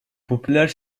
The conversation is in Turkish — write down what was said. popüler